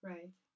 Right